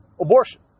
abortion